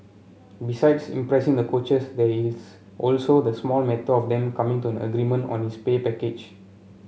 besides impressing the coaches there is also the small matter of them coming to an agreement on his pay package